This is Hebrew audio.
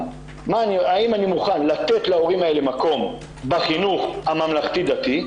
לתת להורים האלה מקום בחינוך הממלכתי-דתי,